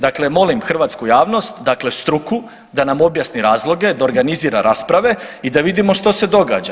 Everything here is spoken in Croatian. Dakle, molim hrvatsku javnost, dakle struku da nam objasni razloge, da organizira rasprave i da vidimo što se događa.